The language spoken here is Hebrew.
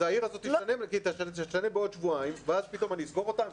את העיר הזאת תשנה בעוד שבועיים ואז פתאום אני אסגור אותם,